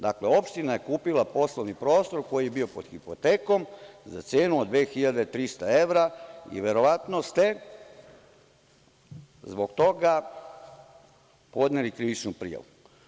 Dakle opština je kupila poslovni prostor koji je bio pod hipotekom za cenu od 2.300 evra i verovatno ste zbog toga podneli krivičnu prijavu.